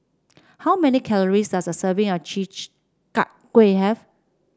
how many calories does a serving of Chi Kak Kuih have